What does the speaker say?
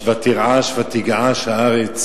ותרעש ותגעש הארץ